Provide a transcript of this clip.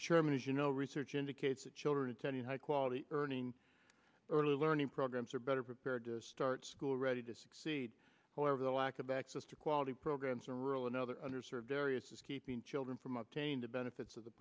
chairman as you know research indicates that children attending high quality earning early learning programs are better prepared to start school ready to succeed however the lack of access to quality programs in rural another under served areas is keeping children from obtaining the benefits of the